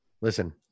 listen